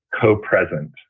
co-present